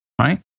right